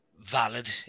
valid